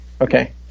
Okay